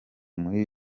muri